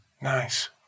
Nice